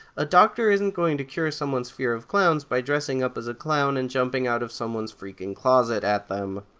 a doctor isn't going to cure someone's fear of clowns by dressing up as a clown and jumping out of someone's freaking closet at them.